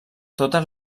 totes